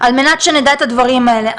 על מנת שנדע את הדברים האלה.